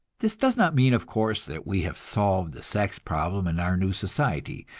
this does not mean, of course, that we have solved the sex problem in our new society.